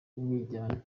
umwiryane